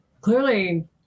Clearly